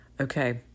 okay